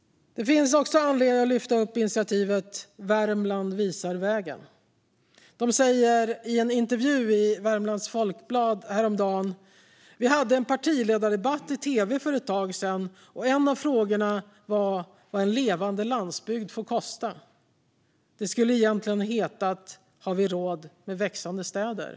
Det finns också anledning att lyfta upp initiativet Värmland visar världen vägen. De säger i en intervju i Värmlands Folkblad häromdagen: Vi hade en partiledardebatt i tv för ett tag sedan, och en av frågorna var vad en levande landsbygd får kosta. Det skulle egentligen ha hetat: Har vi råd med växande städer?